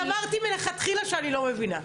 אבל אני אמרתי מלכתחילה שאני לא מבינה.